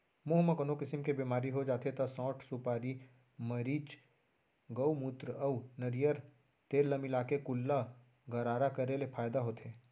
मुंह म कोनो किसम के बेमारी हो जाथे त सौंठ, सुपारी, मरीच, गउमूत्र अउ नरियर तेल ल मिलाके कुल्ला गरारा करे ले फायदा होथे